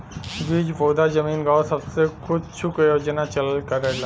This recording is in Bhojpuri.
बीज पउधा जमीन गाव सब्बे कुछ के योजना चलल करेला